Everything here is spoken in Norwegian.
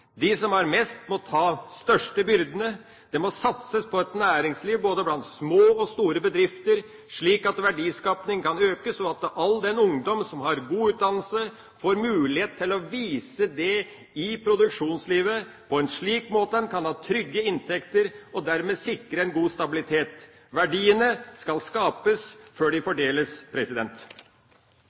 De som har mest, må ta de største byrdene. Det må satses på et næringsliv blant både små og store bedrifter, slik at verdiskapingen kan økes, og at all den ungdom som har god utdannelse, får mulighet til å vise det i produksjonslivet på en slik måte at en kan ha trygge inntekter og dermed sikre en god stabilitet. Verdiene skal skapes før de fordeles.